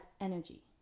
energy